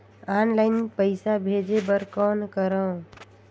Online पईसा भेजे बर कौन करव?